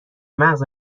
مغز